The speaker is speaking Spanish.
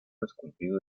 esculpido